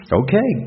okay